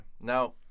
Now